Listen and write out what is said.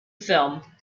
film